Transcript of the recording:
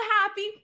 happy